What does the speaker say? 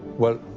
well,